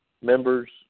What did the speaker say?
members